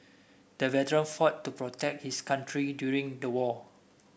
the veteran fought to protect his country during the war